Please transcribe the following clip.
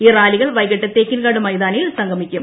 ഈ റാലികൾ വൈകിട്ട് തേക്കിൻകാട് മൈതാനിയിൽ സംഗ്ലൂമിക്കും